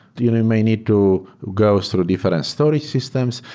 you know may need to go through different storage systems,